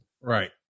Right